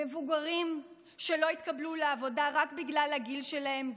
מבוגרים שלא התקבלו לעבודה רק בגלל הגיל שלהם,